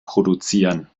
produzieren